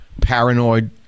paranoid